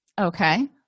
Okay